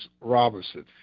Robinson